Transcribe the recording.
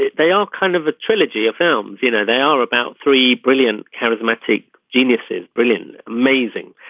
they they are kind of a trilogy of films you know they are about three brilliant charismatic geniuses brilliant amazing.